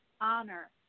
honor